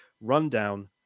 rundown